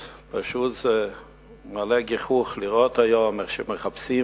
זה פשוט מעלה גיחוך לראות היום איך מחפשים